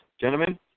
Gentlemen